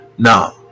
Now